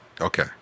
okay